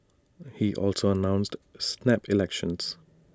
he also announced snap elections